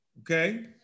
Okay